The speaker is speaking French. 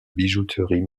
bijouterie